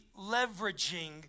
leveraging